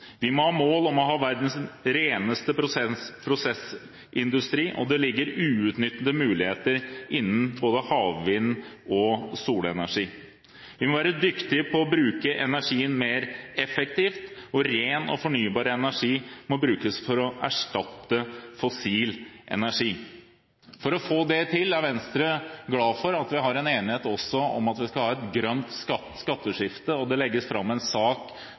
Vi må ha mål om ha verdens reneste prosessindustri, og det ligger uutnyttede muligheter innen både havvind og solenergi. Vi må være dyktige til å bruke energien mer effektivt, og ren og fornybar energi må brukes for å erstatte fossil energi. For å få det til er Venstre glad for at vi også har en enighet om at vi skal ha et grønt skatteskifte, og det legges fram en sak